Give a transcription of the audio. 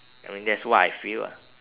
I mean that's what I feel ah